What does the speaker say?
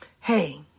Hey